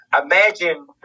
imagine